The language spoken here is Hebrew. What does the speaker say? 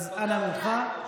אז אנא ממך,